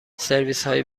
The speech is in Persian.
سرویسهای